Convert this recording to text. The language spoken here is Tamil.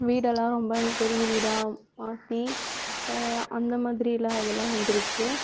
வீடெல்லாம் ரொம்ப பெரிய வீடாக மாற்றி அந்த மாதிரிலாம் இதெல்லாம் வந்துடுச்சி